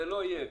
זה לא יהיה.